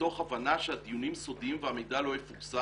מתוך הבנה שהדיונים סודיים והמידע לא יפורסם,